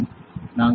Refer Time 1631